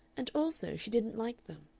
and also she didn't like them.